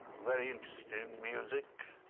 very interested in music,